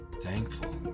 thankful